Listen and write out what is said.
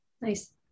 Nice